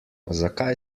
zakaj